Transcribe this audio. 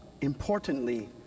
importantly